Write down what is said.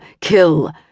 kill